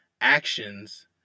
actions